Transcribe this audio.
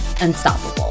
unstoppable